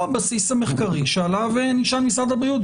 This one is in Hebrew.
הבסיס המחקרי שעליו נשען משרד הבריאות.